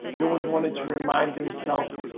you always wanted to remind himself,